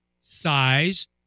size